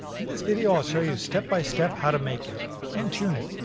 in this video i'll show you step-by-step how to make it and tune it.